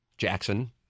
Jackson